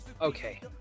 okay